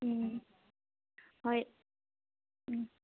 ꯎꯝ ꯍꯣꯏ ꯎꯝ